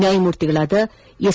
ನ್ಯಾಯಮೂರ್ತಿಗಳಾದ ಎಸ್